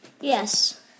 Yes